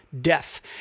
death